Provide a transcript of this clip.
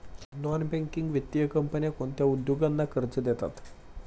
Non banking वित्तीय कंपन्या कोणत्या उद्योगांना कर्ज देतात?